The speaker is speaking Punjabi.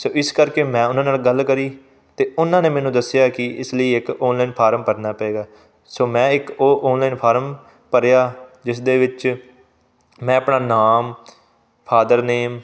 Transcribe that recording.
ਸੋ ਇਸ ਕਰਕੇ ਮੈਂ ਉਨ੍ਹਾਂ ਨਾਲ ਗੱਲ ਕਰੀ ਅਤੇ ਉਨ੍ਹਾਂ ਨੇ ਮੈਨੂੰ ਦੱਸਿਆ ਕਿ ਇਸ ਲਈ ਇੱਕ ਔਨਲਾਈਨ ਫਾਰਮ ਭਰਨਾ ਪਏਗਾ ਸੋ ਮੈਂ ਇੱਕ ਉਹ ਔਨਲਾਈਨ ਫਾਰਮ ਭਰਿਆ ਜਿਸ ਦੇ ਵਿੱਚ ਮੈਂ ਆਪਣਾ ਨਾਮ ਫਾਦਰ ਨੇਮ